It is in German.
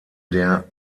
der